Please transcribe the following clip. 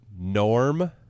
norm